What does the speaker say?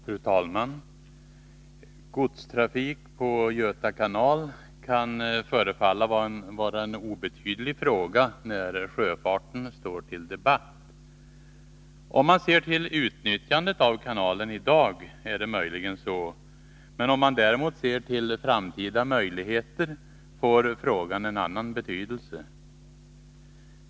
Fru talman! Godstrafik på Göta kanal kan förefalla vara en obetydlig fråga när sjöfarten står under debatt. Om man ser till utnyttjandet av kanalen i dag är det möjligen så. Om man däremot ser till framtida möjligheter får frågan en annan betydelse.